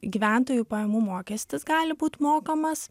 gyventojų pajamų mokestis gali būt mokamas